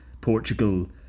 Portugal